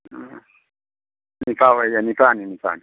ꯎꯝ ꯅꯤꯄꯥꯅꯤ ꯅꯤꯄꯥꯅꯤ